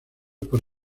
por